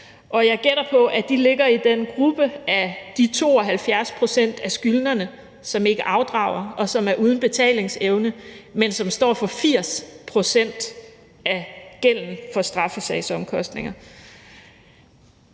jeg gætter på, at de ligger i den gruppe af de 72 pct. af skyldnerne, som ikke afdrager, og som er uden betalingsevne, men som står for 80 pct. af gælden fra straffesagsomkostninger.